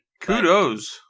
Kudos